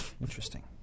Interesting